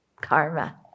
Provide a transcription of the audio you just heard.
karma